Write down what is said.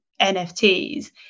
NFTs